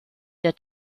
der